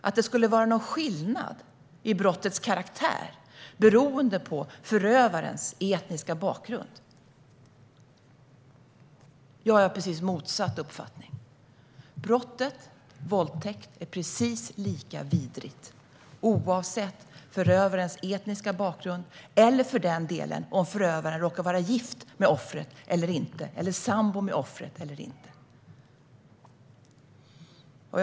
Skulle det vara någon skillnad i brottets karaktär beroende på förövarens etniska bakgrund? Jag är av direkt motsatt uppfattning. Brottet våldtäkt är precis lika vidrigt oavsett förövarens etniska bakgrund eller, för den delen, om förövaren råkar vara gift eller sambo med offret eller inte. Herr talman!